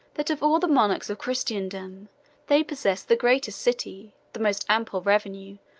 that of all the monarchs of christendom they possessed the greatest city, the most ample revenue,